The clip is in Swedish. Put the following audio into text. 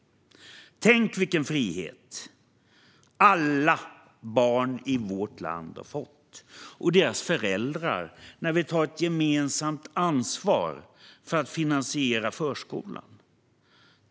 Tänk vilken frihet alla barn i vårt land och deras föräldrar har fått när vi tagit gemensamt ansvar för att finansiera förskolan!